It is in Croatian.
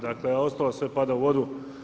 Dakle, a ostalo sve pada u vodu.